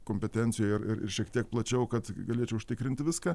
kompetencijoj ir ir šiek tiek plačiau kad galėčiau užtikrinti viską